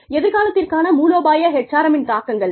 எதிர்காலத்திற்கான மூலோபாய HRM இன் தாக்கங்கள்